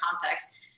context